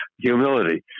humility